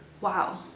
Wow